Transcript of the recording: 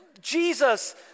Jesus